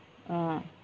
ah